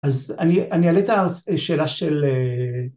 ‫אז אני אעלה את השאלה של...